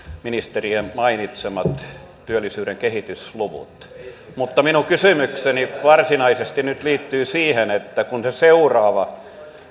ministerien mainitsemat työllisyyden kehitysluvut mutta minun kysymykseni varsinaisesti nyt liittyy siihen että kun se seuraava